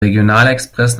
regionalexpress